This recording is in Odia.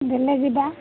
ଦେଲେ ଯିବା